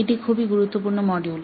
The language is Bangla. এটি খুবই গুরুত্বপূর্ণ মডিউল